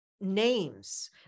names